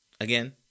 again